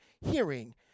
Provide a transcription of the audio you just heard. hearing